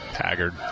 Haggard